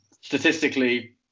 Statistically